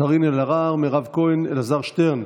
קארין אלהרר, מירב כהן, אלעזר שטרן,